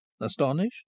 astonished